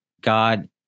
God